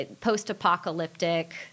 Post-apocalyptic